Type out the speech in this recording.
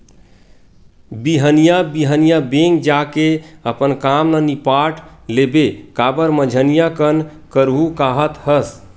बिहनिया बिहनिया बेंक जाके अपन काम ल निपाट लेबे काबर मंझनिया कन करहूँ काहत हस